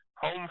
home